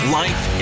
life